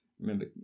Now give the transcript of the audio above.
remember